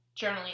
journaling